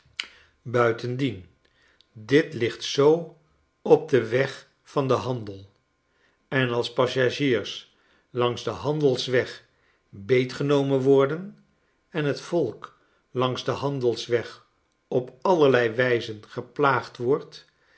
buitendien dit ligt zoo op den weg van den handel en als passagiers langs den handelsweg beetgenomen worden en het volk langs den handelsweg op allerlei wijzen geplaagd wordt